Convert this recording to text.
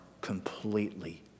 completely